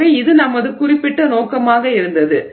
எனவே இது நமது குறிப்பிட்ட நோக்கமாக இருந்தது